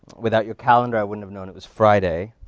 without your calendar, i wouldn't have known it was friday.